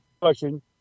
question